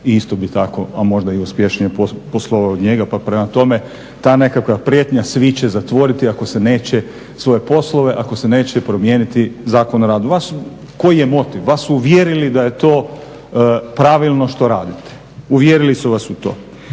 isto bi tako, a možda i uspješnije, poslovao od njega. Pa prema tome ta nekakva prijetnja svi će zatvoriti svoje poslove ako se neće promijeniti Zakon o radu. Koji je motiv? Vas su uvjerili da je to pravilno što radite, uvjerili su vas u to.